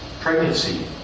pregnancy